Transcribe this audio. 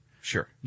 Sure